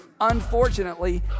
unfortunately